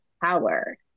power